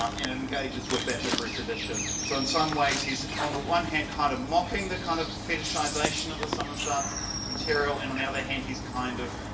um and it engages with that literary tradition so in some ways he's on the one hand kind of mocking the kind of fetishization of the samizdat material and on the other hand he's kind of